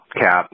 cap